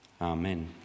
Amen